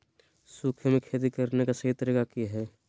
सूखे में खेती करने का सही तरीका की हैय?